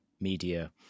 media